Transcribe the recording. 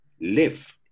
live